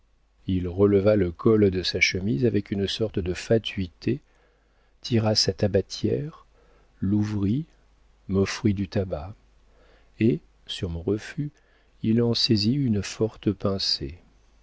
il releva le col de sa chemise avec une sorte de fatuité tira sa tabatière l'ouvrit m'offrit du tabac et sur mon refus il en saisit une forte pincée